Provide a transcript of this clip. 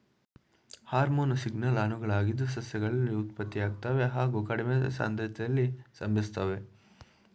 hormone signal ಅಣುಗಳಾಗಿದ್ದು ಸಸ್ಯಗಳಲ್ಲಿ ಉತ್ಪತ್ತಿಯಾಗ್ತವೆ ಹಾಗು ಕಡಿಮೆ ಸಾಂದ್ರತೆಲಿ ಸಂಭವಿಸ್ತವೆ